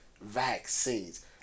Vaccines